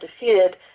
defeated